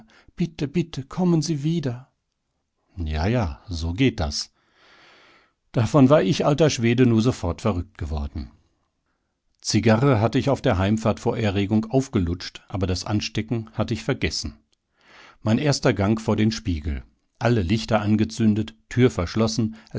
bitte bitte kommen sie wieder ja ja so geht das davon war ich alter schwede nu sofort verrückt geworden zigarre hatt ich auf der heimfahrt vor erregung aufgelutscht aber das anstecken hatt ich vergessen mein erster gang vor den spiegel alle lichter angezündet tür verschlossen